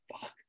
fuck